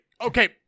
Okay